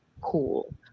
cool